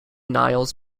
niles